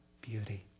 beauty